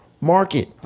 market